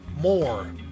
more